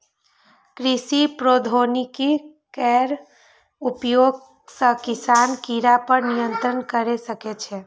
कृषि प्रौद्योगिकी केर उपयोग सं किसान कीड़ा पर नियंत्रण कैर सकै छै